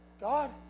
God